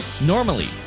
normally